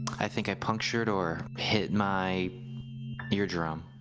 i think i punctured or hit my eardrum.